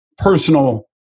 Personal